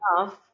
enough